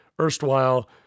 erstwhile